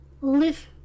live